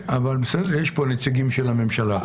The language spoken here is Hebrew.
אבל יש פה נציגים של הממשלה.